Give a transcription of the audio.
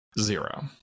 Zero